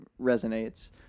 resonates